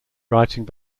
writing